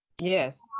Yes